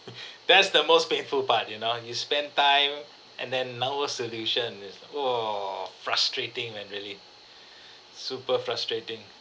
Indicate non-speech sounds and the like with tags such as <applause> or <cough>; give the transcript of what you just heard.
<laughs> that's the most painful part you know you spend time and then not a solution is like !wah! frustrating man really <breath> super frustrating